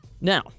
Now